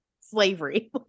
slavery